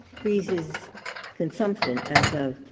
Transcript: freezes consumption as of